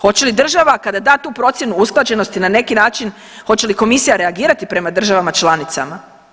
Hoće li država kada da tu procjenu usklađenosti na neki način, hoće li komisija reagirati prema državama članicama?